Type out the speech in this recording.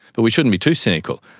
but we shouldn't be too cynical.